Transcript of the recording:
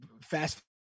fast